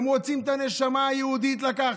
הם רוצים את הנשמה היהודית לקחת.